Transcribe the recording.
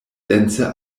dense